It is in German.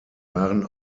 waren